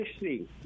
see